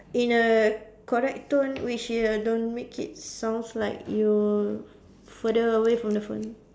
in a correct tone which you don't make it sounds like you further away from the phone